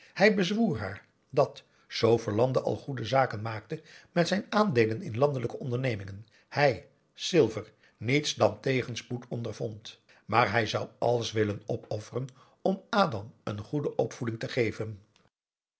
hij bezwoer haar dat zoo verlande al goede zaken maakte met zijn aandeelen in landelijke ondernemingen hij silver niets dan tegenspoed ondervond maar hij zou alles willen opofferen om adam een goede opvoeding te geven